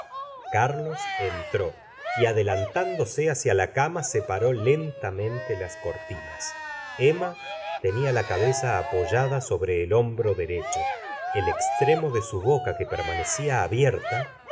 carlos entró y adelantándose hacia la cama separó lentamente las cortinas emma tenia la cabeza apoyada sobre el hombro derecho el extremo de su boca que permanecia abierta